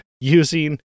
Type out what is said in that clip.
using